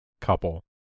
couple